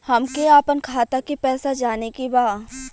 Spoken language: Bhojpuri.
हमके आपन खाता के पैसा जाने के बा